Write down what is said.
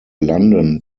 london